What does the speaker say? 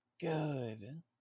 Good